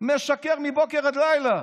משקר מבוקר עד לילה.